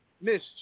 Miss